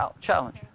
challenge